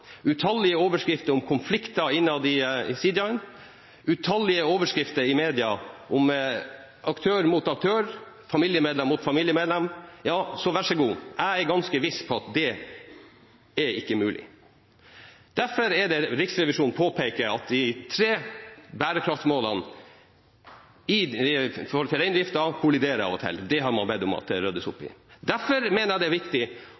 utallige overskrifter om konflikter innad i sidaen, utallige overskrifter i media om aktør mot aktør, familiemedlem mot familiemedlem – ja, vær så god – jeg er ganske viss på at det ikke er mulig. Derfor er det Riksrevisjonen påpeker at de tre bærekraftsmålene for reindriften kolliderer av og til. Det har man bedt om at det ryddes opp i. Derfor mener jeg det er viktig